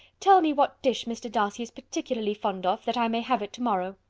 tell me what dish mr. ah so particularly fond of, that i may have it to-morrow.